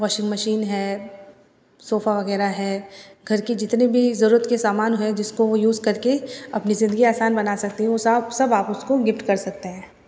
washing machine है sofa वगैरह है घर की जितनी भी ज़रूरत के सामान हैं जिसको वो यूज़ करके अपनी ज़िंदगी आसान बना सकती है वो सब वो सब आप उसको गिफ़्ट कर सकते हैं